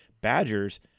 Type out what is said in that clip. Badgers